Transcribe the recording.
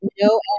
No